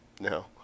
no